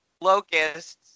locusts